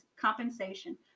compensation